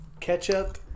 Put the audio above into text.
ketchup